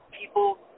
people